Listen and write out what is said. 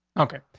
okay?